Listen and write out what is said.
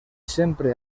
sempre